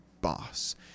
boss